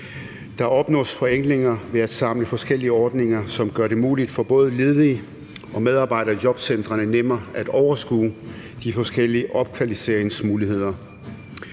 Der opnås forenklinger ved at samle forskellige ordninger, som gør det muligt for både ledige og medarbejdere i jobcentrene nemmere at overskue de forskellige opkvalificeringsmuligheder.